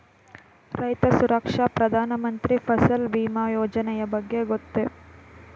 ರೈತ ಸುರಕ್ಷಾ ಪ್ರಧಾನ ಮಂತ್ರಿ ಫಸಲ್ ಭೀಮ ಯೋಜನೆಯ ಬಗ್ಗೆ ಗೊತ್ತೇ?